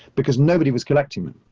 because nobody was collecting them.